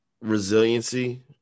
resiliency